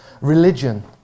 Religion